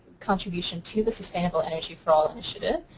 contribution to the sustainable energy for all initiative.